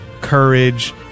courage